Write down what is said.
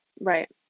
right